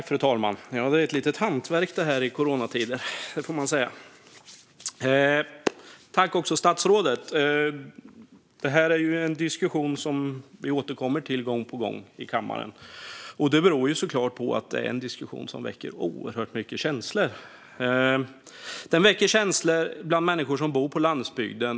Fru talman! Detta är ju en diskussion som vi återkommer till gång på gång i kammaren, och det beror såklart på att det är en diskussion som väcker oerhört mycket känslor. Den väcker känslor bland människor som bor på landsbygden.